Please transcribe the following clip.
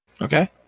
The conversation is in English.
Okay